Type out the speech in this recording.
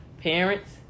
parents